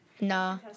No